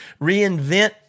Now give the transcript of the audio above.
reinvent